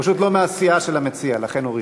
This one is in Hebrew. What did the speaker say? הוא פשוט לא מהסיעה של המציע, לכן הוא ראשון.